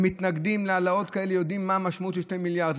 המתנגדים להעלאות כאלה יודעים מה המשמעות של 2 מיליארד.